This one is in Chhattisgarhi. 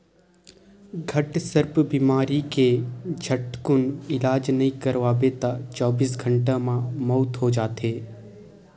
घटसर्प बेमारी के झटकुन इलाज नइ करवाबे त चौबीस घंटा म मउत हो जाथे